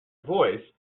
voice